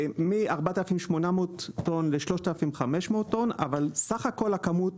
מ-4,800 טון ל-3,500 טון אבל סך הכול הכמות